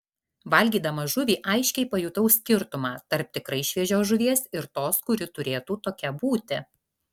valgydama žuvį aiškiai pajutau skirtumą tarp tikrai šviežios žuvies ir tos kuri turėtų tokia būti